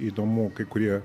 įdomu kai kurie